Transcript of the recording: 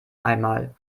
einmal